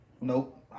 Nope